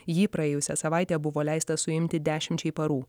jį praėjusią savaitę buvo leista suimti dešimčiai parų